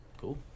cool